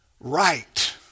right